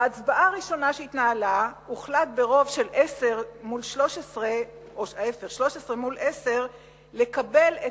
בהצבעה הראשונה שהתנהלה הוחלט ברוב של 13 מול עשרה לקבל את